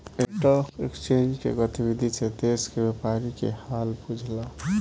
stock exchange के गतिविधि से देश के व्यापारी के हाल बुझला